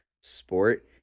sport